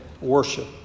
worship